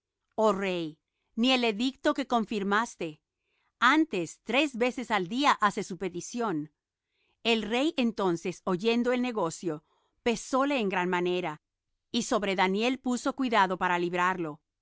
oh rey ni del edicto que confirmaste antes tres veces al día hace su petición el rey entonces oyendo el negocio pesóle en gran manera y sobre daniel puso cuidado para librarlo